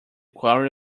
quarry